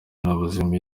n’ubuzima